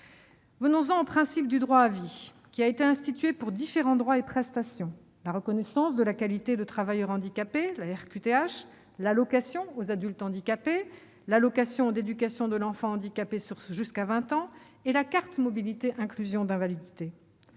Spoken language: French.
Venons-en au principe du droit à vie. Il a été institué pour différents droits et prestations : la reconnaissance de la qualité de travailleur handicapé, ou RQTH, l'allocation aux adultes handicapés, l'allocation d'éducation de l'enfant handicapé jusqu'à 20 ans et la carte mobilité inclusion invalidité.